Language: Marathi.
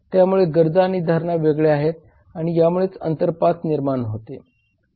त्यामुळे गरजा आणि धारणा वेगळ्या आहेत आणि यामुळेच अंतर 5 निर्माण होते